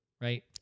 right